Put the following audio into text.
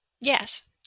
Yes